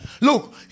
Look